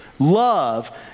Love